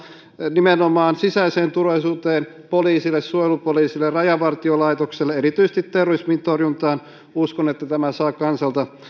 nimenomaan sisäiseen turvallisuuteen poliisille suojelupoliisille ja rajavartiolaitokselle erityisesti terrorismin torjuntaan uskon että tämä saa kansalta